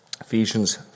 Ephesians